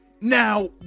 Now